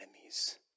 enemies